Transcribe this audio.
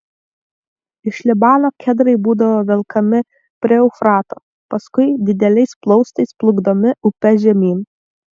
iš libano kedrai būdavo velkami prie eufrato paskui dideliais plaustais plukdomi upe žemyn